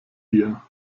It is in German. dir